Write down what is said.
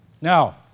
Now